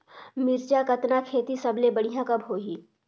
मिरचा कतना खेती सबले बढ़िया कब होही?